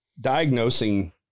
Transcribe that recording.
Diagnosing